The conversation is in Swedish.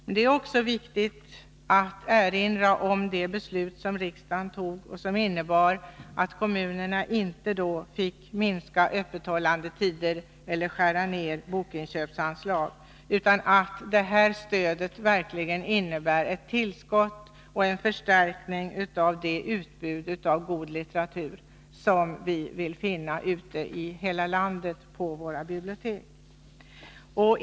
Men det är också viktigt att erinra om det beslut som riksdagen fattade och som innebar att kommunerna inte fick minska öppethållandetiden eller skära ned bokinköpsanslaget, utan att stödet verkligen skulle innebära ett tillskott och en förstärkning av det utbud av god litteratur som vi vill finna på biblioteken ute i landet.